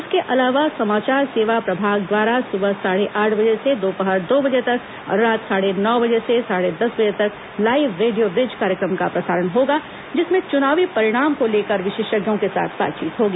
इसके अलावा समाचार सेवा प्रभाग द्वारा सुबह साढ़े आठ बजे से दोपहर दो बजे तक और रात साढ़े नौ बजे से साढ़े दस बजे तक लाईव रेडियो ब्रिज कार्यक्रम का प्रसारण होगा जिसमें चुनावी परिणाम को लेकर विशेषज्ञ के साथ बातचीत होगी